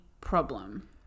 problem